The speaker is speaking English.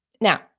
Now